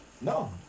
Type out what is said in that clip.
No